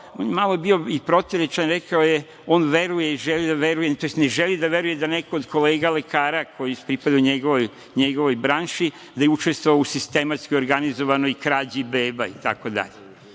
je malo bio i protivurečan, rekao je – on veruje i želi da veruje, tj. ne želi da veruje da neko od kolega lekara koji pripadaju njegovoj branši da je učestvovao u sistematskoj, organizovanoj krađi beba, itd.